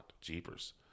jeepers